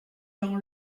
dans